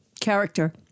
character